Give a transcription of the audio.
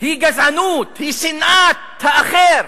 היא גזענות, היא שנאת האחר,